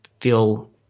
feel